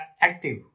active